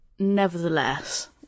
Nevertheless